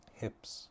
hips